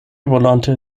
volonte